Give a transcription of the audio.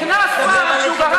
שנקנס פעם כשהוא,